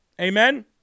Amen